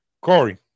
Corey